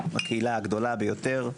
הקהילה הגדולה ביותר.